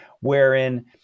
wherein